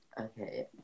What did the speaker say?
Okay